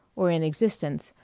or in existence,